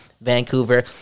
Vancouver